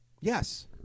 Yes